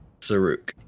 Saruk